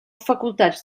facultats